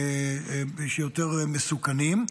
שיותר מסוכנים.